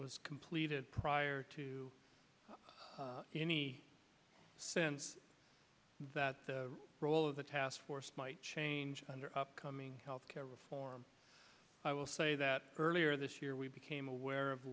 was completed prior to that the role of the taskforce might change under upcoming health care reform i will say that earlier this year we became aware of